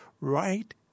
right